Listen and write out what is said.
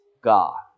God